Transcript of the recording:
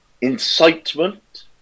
incitement